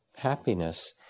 happiness